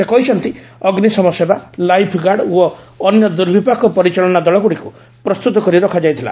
ସେ କହିଚ୍ଚନ୍ତି ଅଗ୍ନିସମ ସେବା ଲାଇଫ୍ ଗାର୍ଡ ଓ ଅନ୍ୟ ଦୁର୍ବିପାକ ପରିଚାଳନା ଦଳଗୁଡ଼ିକୁ ପ୍ରସ୍ତୁତ କରି ରଖାଯାଇଥିଲା